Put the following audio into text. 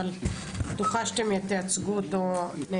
אבל אני בטוחה שאתם תייצגו אותו נאמנה.